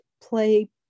play